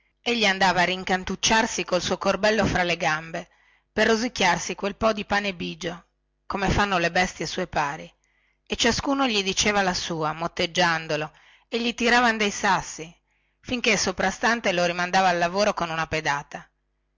ricreazione egli andava a rincantucciarsi col suo corbello fra le gambe per rosicchiarsi quel suo pane di otto giorni come fanno le bestie sue pari e ciascuno gli diceva la sua motteggiandolo e gli tiravan dei sassi finchè il soprastante lo rimandava al lavoro con una pedata